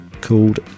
called